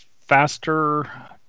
Faster